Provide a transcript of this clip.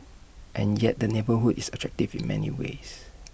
and yet the neighbourhood is attractive in many ways